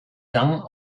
gang